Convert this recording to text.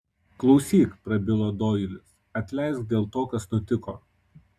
klausyk prabilo doilis atleisk dėl to kas nutiko